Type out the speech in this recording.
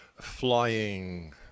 flying